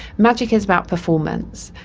magic is about performance,